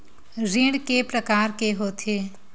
ऋण के प्रकार के होथे?